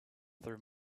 through